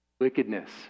wickedness